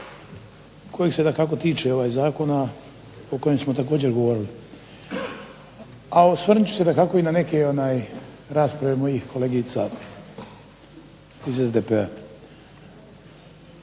kojih se dakako tiče zakona o kojem smo također govorili, a osvrnut ću se dakako na neke rasprave mojih kolegica iz SDP-a.